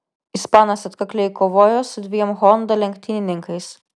ispanas atkakliai kovojo su dviem honda lenktynininkais